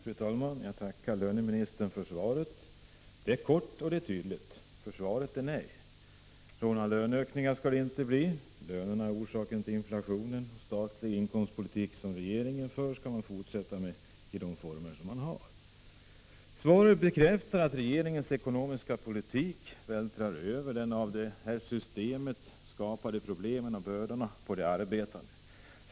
Fru talman! Jag tackar löneministern för svaret. Det är kort och det är tydligt — svaret är nej. Några löneökningar skall det inte bli, lönerna är orsaken till inflationen. Och den statliga inkomstpolitiken skall regeringen fortsätta med i samma former. Svaret bekräftar att regeringens ekonomiska politik vältrar över de av systemet skapade problemen och bördorna på de arbetande.